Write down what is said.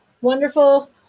wonderful